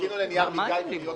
חיכינו שנה לנייר מגיא ומיוצר.